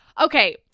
okay